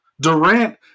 Durant